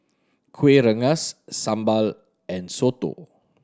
Kuih Rengas sambal and soto